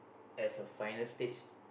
as her final stage